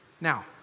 Now